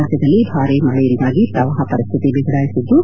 ರಾಜ್ಯದಲ್ಲಿ ಭಾರೀ ಮಳೆಯಿಂದಾಗಿ ಪ್ರವಾಹ ಪರಿಸ್ಥಿತಿ ಬಿಗಡಾಯಿಸಿದ್ದು